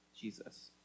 Jesus